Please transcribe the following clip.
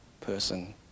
person